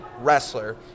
wrestler